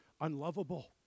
unlovable